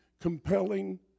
compelling